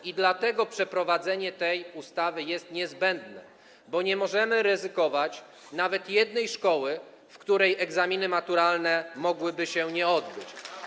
I dlatego przeprowadzenie tej ustawy jest niezbędne - nie możemy ryzykować nawet jednej szkoły, tego, że egzaminy maturalne mogłyby się nie odbyć.